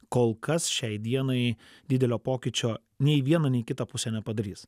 kol kas šiai dienai didelio pokyčio nei viena nei kita pusė nepadarys